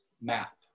map